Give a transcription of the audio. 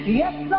yes